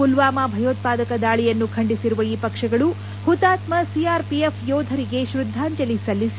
ಪುಲ್ವಾಮಾ ಭಯೋತ್ಪಾದಕ ದಾಳಿಯನ್ನು ಖಂಡಿಸಿರುವ ಈ ಪಕ್ಷಗಳು ಹುತಾತ್ತ ಸಿಆರ್ಪಿಎಫ್ ಯೋಧರಿಗೆ ತ್ರದ್ದಾಂಜಲಿ ಸಲ್ಲಿಸಿ